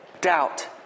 doubt